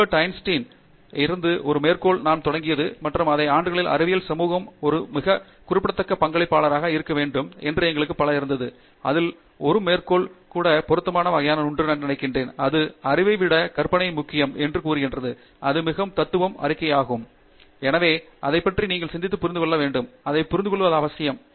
Albert Einstein இருந்து ஒரு மேற்கோள் நாம் தொடங்கியது மற்றும் அதை ஆண்டுகளில் அறிவியல் சமூகம் ஒரு மிக குறிப்பிடத்தக்க பங்களிப்பாளராக இருக்க வேண்டும் என்று எனவே அதைப் பற்றி நீங்கள் சிந்தித்துப் புரிந்து கொள்ள வேண்டும் அதைப் புரிந்துகொள்வது அவசியம்